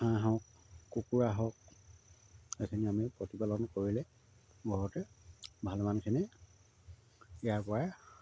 হাঁহ হওক কুকুৰা হওক এইখিনি আমি প্ৰতিপালন কৰিলে ঘৰতে ভালমানখিনি ইয়াৰ পৰাই